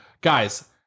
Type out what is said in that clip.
guys